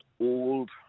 old